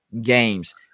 games